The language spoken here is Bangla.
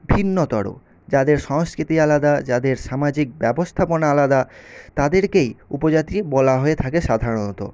ভিন্নতর যাদের সংস্কৃতি আলাদা যাদের সামাজিক ব্যবস্থাপনা আলাদা তাদেরকেই উপজাতি বলা হয়ে থাকে সাধারণত